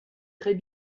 très